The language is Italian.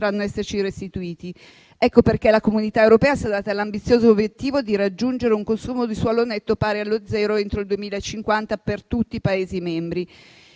Ecco perché la Comunità europea si è data l'ambizioso obiettivo di raggiungere un consumo di suolo netto pari allo zero entro il 2050 per tutti i Paesi membri.